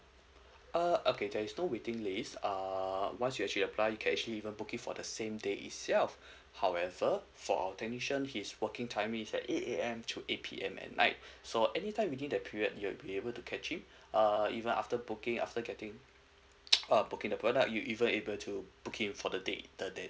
uh okay there is no waiting list err once you actually apply you can actually even book it for the same day itself however for our technician his working time is at eight A_M to eight P_M at night so any time within that period you will be able to catching uh even after booking after getting uh booking the product you even able to book it for the date the that